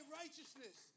righteousness